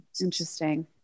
Interesting